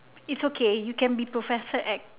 it's okay you can be professor X